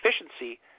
efficiency